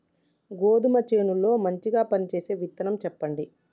గోధుమ చేను లో మంచిగా పనిచేసే విత్తనం చెప్పండి?